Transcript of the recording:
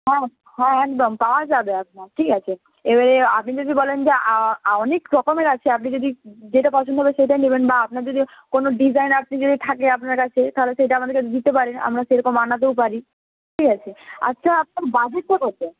হ্যাঁ হ্যাঁ একদম পাওয়া যাবে আপনার ঠিক আছে এবারে আপনি যদি বলেন যে অনেক রকমের আছে আপনি যদি যেটা পছন্দ হবে সেটা নেবেন বা আপনার যদি কোনো ডিজাইন আপনি যদি থাকে আপনার কাছে তাহলে সেটা আমাদেরকে দিতে পারেন আমরা সেরকম আনাতেও পারি ঠিক আছে আচ্ছা আপনার বাজেটটা কত